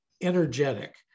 energetic